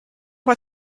what